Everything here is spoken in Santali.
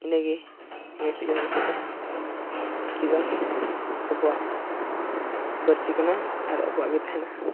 ᱤᱱᱟᱹᱜᱮ ᱞᱟᱹᱭ ᱠᱟᱛᱮᱫ ᱤᱧ ᱢᱩᱪᱟᱹᱫ ᱫᱟ ᱚᱞᱪᱤᱠᱤ ᱫᱚ ᱟᱵᱚᱣᱟᱜ ᱯᱟᱹᱨᱥᱤ ᱠᱟᱱᱟ ᱟᱨ ᱟᱵᱚᱣᱟᱜ ᱜᱮ ᱛᱟᱦᱮᱱᱟ